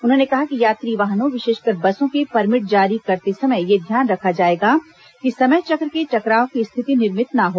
उन्होंने कहा कि यात्री वाहनों विशेषकर बसों के परमिट जारी करते समय यह ध्यान रखा जाएगा कि समय चक्र के टकराव की स्थिति निर्मित न हो